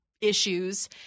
issues